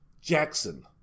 Jackson